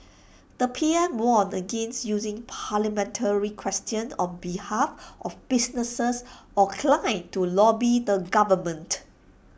the P M warned against using parliamentary questions on behalf of businesses or clients to lobby the government